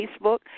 Facebook